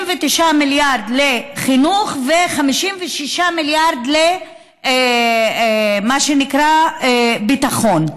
59 מיליארד לחינוך ו-56 מיליארד למה שנקרא ביטחון.